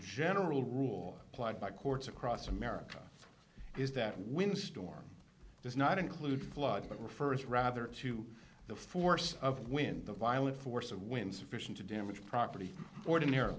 general rule applied by courts across america is that when storm does not include flood that refers rather to the force of wind the violent force of wind sufficient to damage property ordinarily